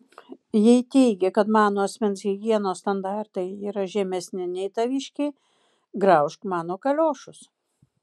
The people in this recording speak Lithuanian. jei teigi kad mano asmens higienos standartai yra žemesni nei taviškiai graužk mano kaliošus